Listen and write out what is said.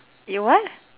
you what